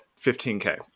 15K